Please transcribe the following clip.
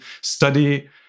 study